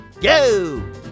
go